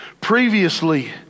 previously